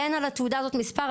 אין על התעודה הזאת מספר.